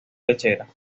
lechera